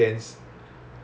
oh okay